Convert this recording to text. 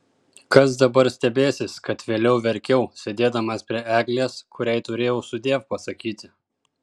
kas dabar stebėsis kad vėliau verkiau sėdėdamas prie eglės kuriai turėjau sudiev pasakyti